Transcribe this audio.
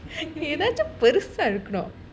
ஏதாச்சும் பெரிசா இருக்கணும்:ethachum perisa irukkanum